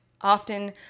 often